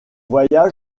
voyage